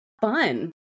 fun